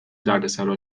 دردسرا